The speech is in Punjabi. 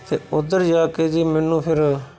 ਅਤੇ ਉੱਧਰ ਜਾ ਕੇ ਜੀ ਮੈਨੂੰ ਫਿਰ